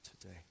today